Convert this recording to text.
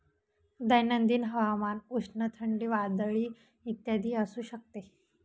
दैनंदिन हवामान उष्ण, थंडी, वादळी इत्यादी असू शकते